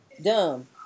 Dumb